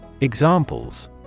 Examples